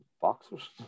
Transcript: boxers